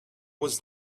was